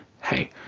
Hey